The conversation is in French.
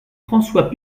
françois